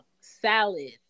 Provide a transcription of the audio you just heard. salads